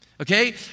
Okay